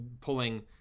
pulling